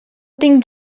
tinc